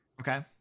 Okay